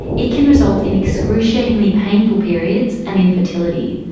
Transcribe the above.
it can result in excruciatingly painful periods and infertility.